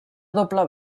doble